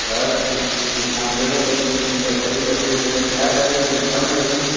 sir जिस time तुसें लैती चीज़ चैक्क करियै लैती उस बेल्लै क्लेअर करियै ते दित्ता में तुसें ई